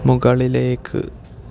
മുകളിലേക്ക്